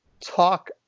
talk